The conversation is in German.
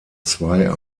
zwei